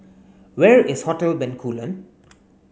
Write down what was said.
where is Hotel Bencoolen